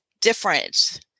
different